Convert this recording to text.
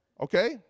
Okay